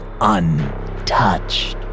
untouched